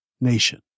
nation